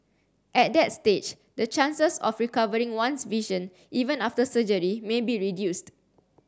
at that stage the chances of recovering one's vision even after surgery may be reduced